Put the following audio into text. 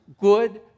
good